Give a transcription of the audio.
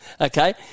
Okay